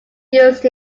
used